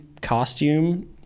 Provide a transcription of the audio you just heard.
costume